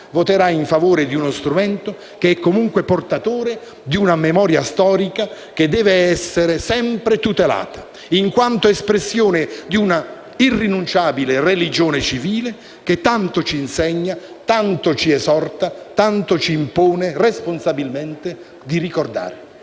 voterà in favore di uno strumento che è comunque portatore di una memoria storica che deve essere sempre tutelata, in quanto espressione di una irrinunciabile religione civile che tanto ci insegna, tanto ci esorta, tanto ci impone responsabilmente di ricordare.